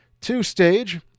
two-stage